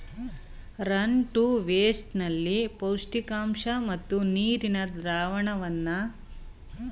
run to waste ನಲ್ಲಿ ಪೌಷ್ಟಿಕಾಂಶ ಮತ್ತು ನೀರಿನ ದ್ರಾವಣವನ್ನ ಮಧ್ಯಮ ಮೇಲ್ಮೈಗೆ ಅನ್ವಯಿಸಲಾಗ್ತದೆ